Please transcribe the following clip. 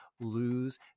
lose